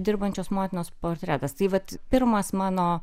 dirbančios motinos portretas tai vat pirmas mano